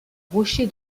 rocher